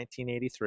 1983